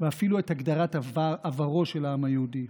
ואפילו את הגדרת עברו של העם היהודי.